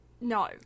no